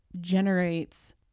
generates